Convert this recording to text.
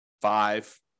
five